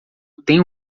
tenho